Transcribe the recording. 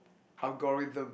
algorithm